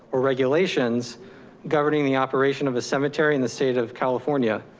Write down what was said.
or regulations governing the operation of a cemetery in the state of california.